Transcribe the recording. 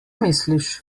misliš